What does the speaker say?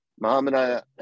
Muhammad